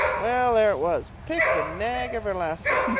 well, there it was, pick and nag everlasting.